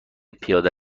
پیاده